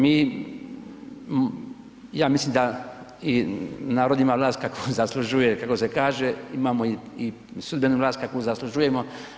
Mi, ja mislim da i narod ima vlast kakvu zaslužuje, kako se kaže, imamo i sudbenu vlast kakvu zaslužujemo.